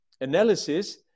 analysis